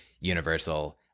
universal